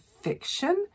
fiction